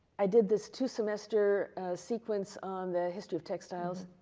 i did this two semester sequence on the history of textiles.